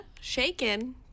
Shaken